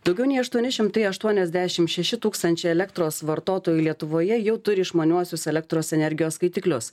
daugiau nei aštuoni šimtai aštuoniasdešim šeši tūkstančiai elektros vartotojų lietuvoje jau turi išmaniuosius elektros energijos skaitiklius